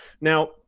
now